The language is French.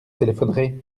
téléphonerai